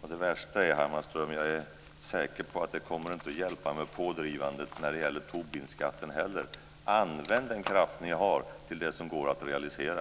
och det värsta, Hammarström, är att jag är säker på att det inte kommer att hjälpa med pådrivandet när det gäller Tobinskatten heller. Använd den kraft ni har till det som går att realisera!